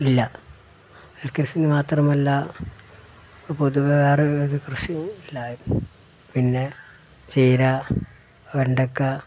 ഇല്ല നെൽകൃഷി എന്നു മാത്രമല്ല പൊതുവെ വേറെ കൃഷി ഇല്ലായിരുന്നു പിന്നെ ചീര വെണ്ടക്ക